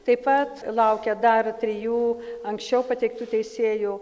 taip pat laukia dar trijų anksčiau pateiktų teisėjų